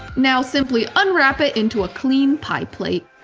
now simply unwrap it into a clean pie plate.